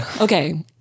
Okay